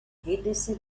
henderson